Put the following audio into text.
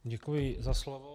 Děkuji za slovo.